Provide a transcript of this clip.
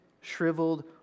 shriveled